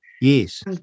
Yes